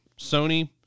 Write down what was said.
Sony